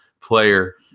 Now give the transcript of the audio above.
player